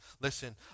listen